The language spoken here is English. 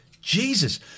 jesus